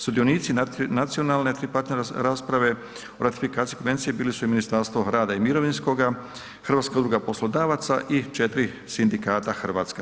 Sudionici nacionalne tripartitne rasprave o ratifikaciji konvencije bili su i Ministarstvo rada i mirovinskoga, HUP i četiri sindikata hrvatska.